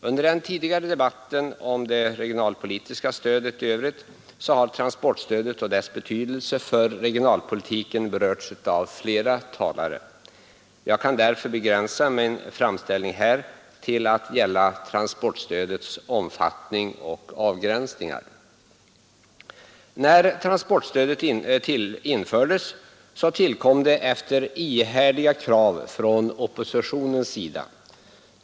Under den tidigare debatten om det regionalpolitiska stödet i övrigt har transportstödet och dess betydelse för regionalpolitiken berörts av flera talare. Jag kan därför begränsa min framställning till att gälla transportstödets omfattning och avgränsningar. När transportstödet infördes tillkom det efter ihärdiga krav från oppositionens sida.